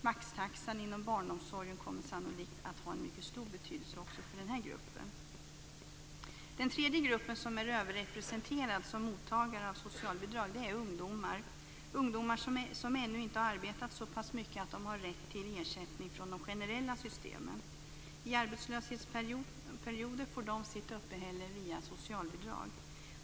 Maxtaxan inom barnomsorgen kommer sannolikt att ha stor betydelse också för den här gruppen. En tredje grupp som är överrepresenterad som mottagare av socialbidrag är ungdomar som ännu inte arbetat så länge att de har rätt till ersättning från de generella systemen. I arbetslöshetsperioden får de sitt uppehälle via socialbidrag.